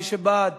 מי שבעד